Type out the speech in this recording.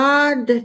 God